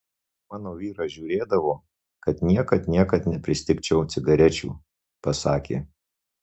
mano vyras žiūrėdavo kad niekad niekad nepristigčiau cigarečių pasakė